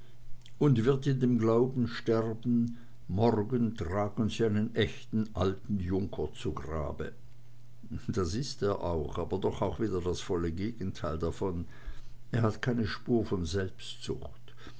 und wird in dem glauben sterben morgen tragen sie einen echten alten junker zu grabe das ist er auch aber doch auch wieder das volle gegenteil davon er hat keine spur von selbstsucht